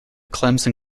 clemson